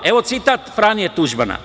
Evo, citat Franje Tuđmana.